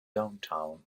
downtown